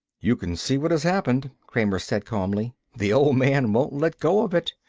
you can see what has happened, kramer said calmly. the old man won't let go of it,